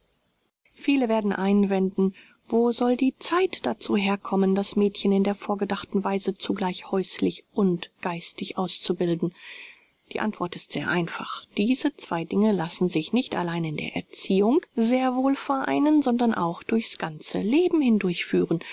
viele werden einwenden wo soll die zeit dazu herkommen das mädchen in der vorgedachten weise zugleich häuslich und geistig auszubilden die antwort ist sehr einfach diese zwei dinge lassen sich nicht allein in der erziehung sehr wohl vereinen sondern auch durch's ganze leben